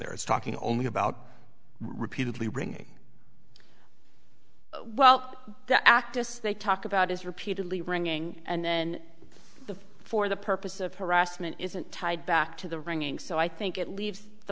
there is talking only about repeatedly ringing well the actus they talk about is repeatedly ringing and then the for the purpose of harassment isn't tied back to the ringing so i think it leaves the